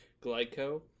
Glyco